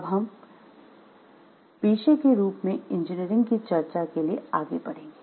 अब हम पेशे के रूप में इंजीनियरिंग की चर्चा के लिए आगे बढ़ेंगे